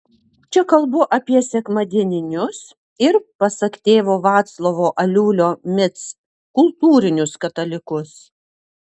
čia kalbu apie sekmadieninius ir pasak tėvo vaclovo aliulio mic kultūrinius katalikus